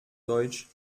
deutsch